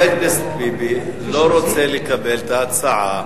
הכנסת ביבי לא רוצה לקבל את ההצעה.